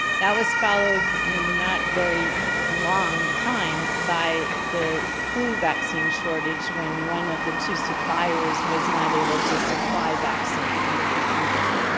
that was followed in not very long time by the flu vaccine shortage when one of the two suppliers was not able to supply vaccine in a given year.